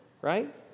right